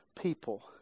people